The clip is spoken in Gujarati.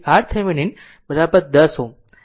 તેથી RThevenin 10 Ω